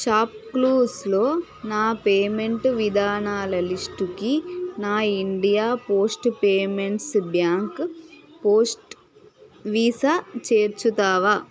ShopClues లో నా payment విధానాల లిస్టు కి నా India post payments bank post Visa చేర్చుతావా